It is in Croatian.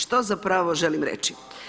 Što zapravo želim reći?